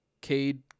Cade